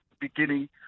beginning